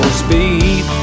speed